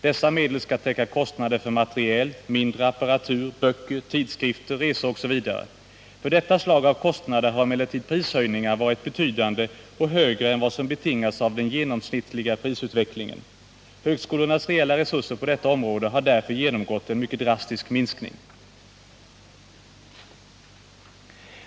Dessa medel skall täcka kostnader för materiel, mindre apparatur, böcker, tidskrifter, resor osv. För detta slag av kostnader har emellertid prishöjningarna varit betydande och högre än vad som betingas av den genomsnittliga prisutvecklingen. Högskolornas reella resurser på detta område har därför genomgått en mycket drastisk minskning.